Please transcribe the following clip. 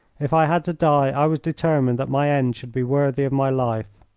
if i had to die i was determined that my end should be worthy of my life.